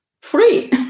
free